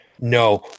No